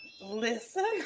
Listen